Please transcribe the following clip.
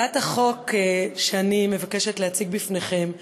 הצעת החוק שאני מבקשת להציג לפניכם,